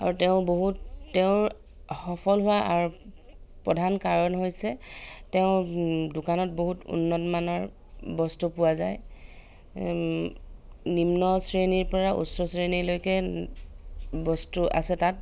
আৰু তেওঁ বহুত তেওঁৰ সফল হোৱা আৰু প্ৰধান কাৰণ হৈছে তেওঁৰ দোকানত বহুত উন্নতমানৰ বস্তু পোৱা যায় নিম্ন শ্ৰেণীৰ পৰা উচ্চ শ্ৰেণীলৈকে বস্তু আছে তাত